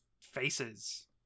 faces